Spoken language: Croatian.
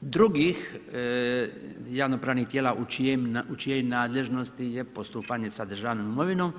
drugih javnopravnih tijela u čijoj nadležnosti je postupanje sa državnom imovinom.